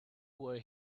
were